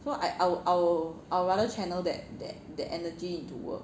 so I I'll I'll I'll rather channel that that that energy into work